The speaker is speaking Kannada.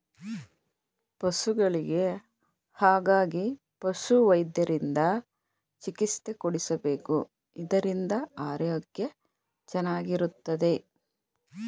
ಪಶುಗಳಿಗೆ ಹಾಗಾಗಿ ಪಶುವೈದ್ಯರಿಂದ ಚಿಕಿತ್ಸೆ ಕೊಡಿಸಬೇಕು ಇದರಿಂದ ಆರೋಗ್ಯ ಚೆನ್ನಾಗಿರುತ್ತದೆ